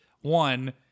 one